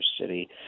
City